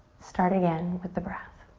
start again with the breath.